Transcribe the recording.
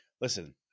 Listen